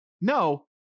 no